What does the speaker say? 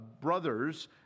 brothers